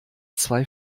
zwei